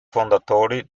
fondatori